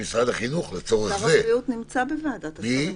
משרד החינוך לצורך זה --- שר הבריאות נמצא בוועדת השרים.